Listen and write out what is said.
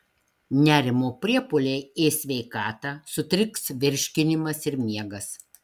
nerimo priepuoliai ės sveikatą sutriks virškinimas ir miegas